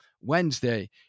Wednesday